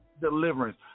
deliverance